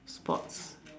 sports